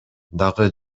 дагы